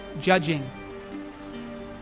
judging